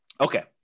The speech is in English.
Okay